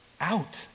out